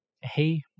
hey